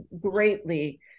greatly